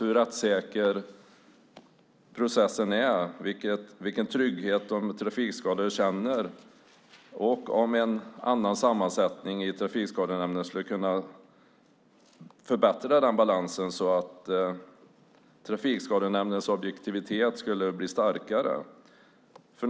Hur rättssäker är processen, och vilken trygghet känner de trafikskadade? Skulle en annan sammansättning i Trafikskadenämnden kunna förbättra balansen så att Trafikskadenämndens objektivitet blev starkare?